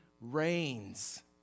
reigns